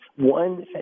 One